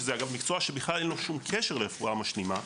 שזה אגב מקצוע שבכלל אין לו שום קשר לרפואה משלימה,